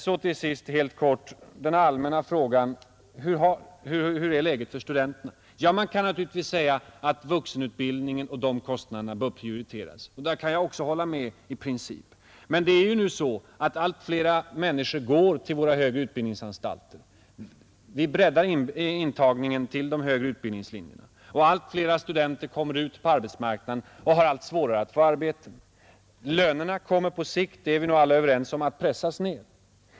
Så helt kort den allmänna frågan: Hur är läget för studenterna? Man kan naturligtvis säga att vuxenutbildningen bör prioriteras när det gäller anslagen — det kan jag också hålla med om i princip — men det är nu så att allt flera människor går till våra högre utbildningsanstalter. Vi breddar intagningen till de högre utbildningslinjerna, och allt flera studenter kommer ut på arbetsmarknaden och har allt svårare att få arbete. Lönerna kommer på sikt — det är vi nog alla överens om — att pressas ned.